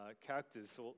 characters